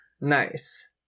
Nice